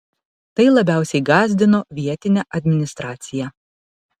tai labiausiai gąsdino vietinę administraciją